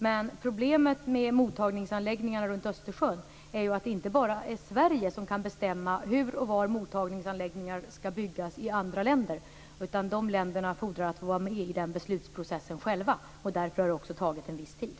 Men problemet med mottagningsanläggningar runt Östersjön är ju att det inte bara är Sverige som kan bestämma hur och var mottagningsanläggningar skall byggas i andra länder, utan dessa länder fordrar att få vara med i beslutsprocessen. Därför har det också tagit en viss tid.